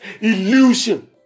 illusion